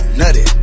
nutty